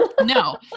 No